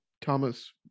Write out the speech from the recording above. Thomas